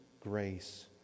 grace